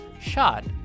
shot